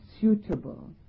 suitable